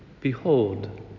Behold